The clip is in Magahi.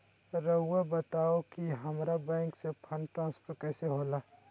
राउआ बताओ कि हामारा बैंक से फंड ट्रांसफर कैसे होला?